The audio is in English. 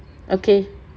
okay